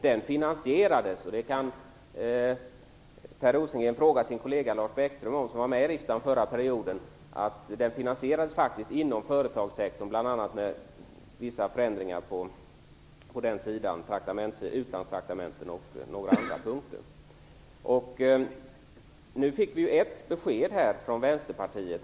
Den finansierades inom företagssektorn, bl.a. genom vissa förändringar vad gäller utlandstraktamenten. Det kan Per Rosengren fråga sin kollega Lars Bäckström om, som var med i riksdagen förra perioden. Vi fick nu besked från Vänsterpartiet.